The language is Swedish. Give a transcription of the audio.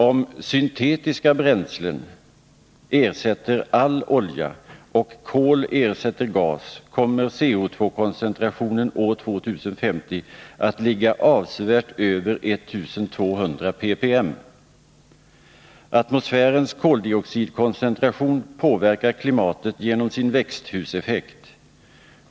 Om syntetiska bränslen ersätter all olja, och kol ersätter gas, kommer CO,-koncentrationen år 2050 att ligga avsevärt över 1200 ppm. Atmosfärens koldioxid-koncentration påverkar klimatet genom sin växthuseffekt.